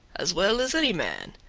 as well as any man,